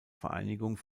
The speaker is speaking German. vereinigung